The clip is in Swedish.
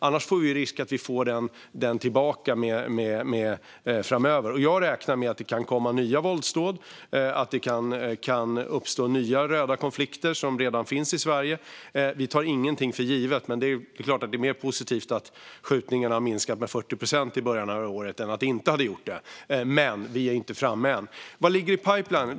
Annars finns det risk att vi får tillbaka det framöver. Jag räknar med att det kan komma nya våldsdåd och att det kan uppstå nya röda konflikter, som redan finns i Sverige. Vi tar inget för givet. Det är klart att det är mer positivt att skjutningarna har minskat med 40 procent i början av det här är året än det hade varit om de inte hade gjort det, men vi är inte framme än. Vad ligger i pipelinen?